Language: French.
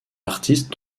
artistes